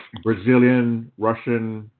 brazilian, russian,